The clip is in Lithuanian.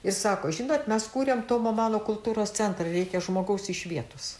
ir sako žinot mes kuriam tomo mano kultūros centrą reikia žmogaus iš vietos